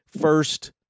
first